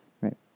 Right